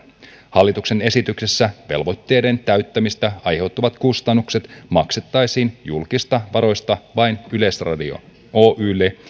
hallituksen esityksessä velvoitteiden täyttämisestä aiheutuvat kustannukset maksettaisiin julkisista varoista vain yleisradio oylle